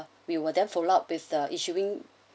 we will then follow up with the issuing